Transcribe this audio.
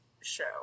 show